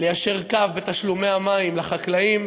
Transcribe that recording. ליישר קו בתשלומי המים לחקלאים,